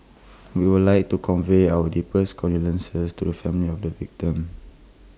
we would like to convey our deepest condolences to the families of the victims